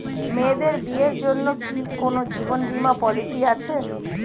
মেয়েদের বিয়ের জন্য কি কোন জীবন বিমা পলিছি আছে?